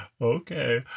okay